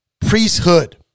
priesthood